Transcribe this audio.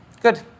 Good